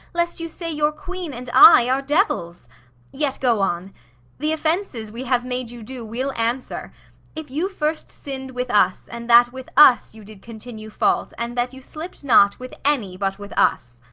lest you say your queen and i are devils yet, go on the offences we have made you do we'll answer if you first sinn'd with us, and that with us you did continue fault, and that you slipp'd not with any but with us.